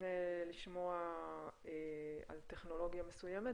נפנה לשמוע על טכנולוגיה מסוימת